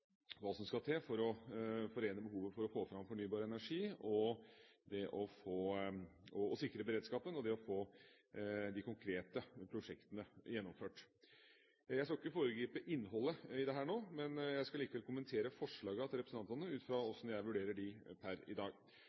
hva som skal til for å forene behovet for å få fram fornybar energi og sikre beredskapen og det å få de konkrete prosjektene gjennomført. Jeg skal ikke foregripe innholdet i dette nå, men jeg skal allikevel kommentere forslagene til representantene ut fra hvordan jeg vurderer dem per i dag.